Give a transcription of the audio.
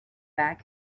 bag